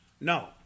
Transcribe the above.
No